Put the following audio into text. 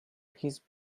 his